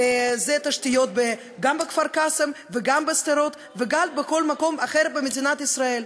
זה תשתיות גם בכפר-קאסם וגם בשדרות וגם בכל מקום אחר במדינת ישראל.